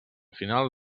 final